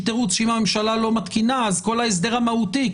תירוץ שאם הממשלה לא מתקינה אז כל ההסדר המהותי,